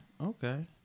Okay